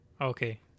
Okay